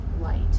light